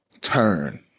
turn